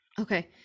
okay